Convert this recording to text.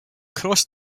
cross